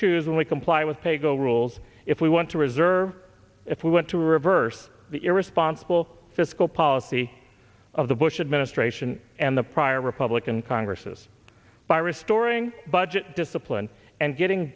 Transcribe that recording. choose and we comply with pay go rules if we want to reserve if we want to reverse the irresponsible fiscal policy of the bush administration and the prior republican congresses by restoring budget discipline and getting